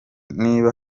niba